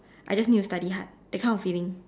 I just need to study hard that kind of feeling